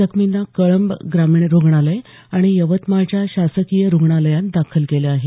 जखमींना कळंब ग्रामीण रुग्णालय आणि यवतमाळच्या शासकीय रुग्णालयात दाखल केलं आहे